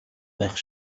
байх